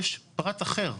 יש פרט אחר.